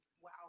Wow